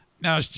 now